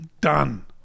Done